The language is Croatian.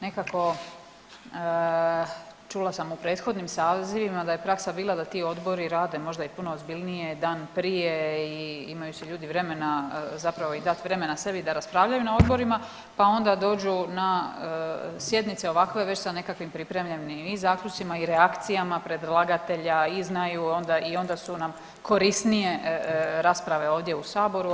Nekako čula sam u prethodnim sazivima da je praksa bila da ti odbori rade možda i puno ozbiljnije dan prije i imaju si ljudi vremena zapravo i dat vremena sebi da raspravljaju na odborima, pa onda dođu na sjednice ovakve već sa nekakvim pripremljenim i zaključcima i reakcijama predlagatelja i znaju onda i onda su nam korisnije rasprave ovdje u saboru.